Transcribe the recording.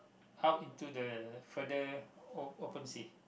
out into the further o~ open sea